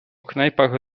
knajpach